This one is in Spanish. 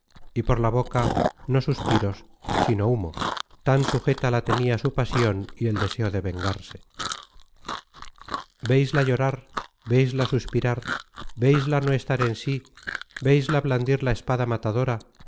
y por la boca no suspiros sino humo tan sujeta la tenia su pasion y el deseo de vengarse veisla llorar veisla suspirar veisla no estar en sí veisla blandir